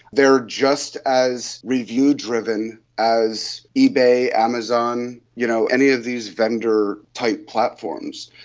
they are just as review driven as ebay, amazon, you know any of these vendor type platforms.